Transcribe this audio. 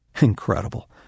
incredible